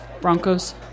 Broncos